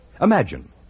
Imagine